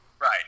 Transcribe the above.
Right